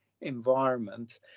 environment